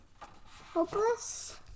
Hopeless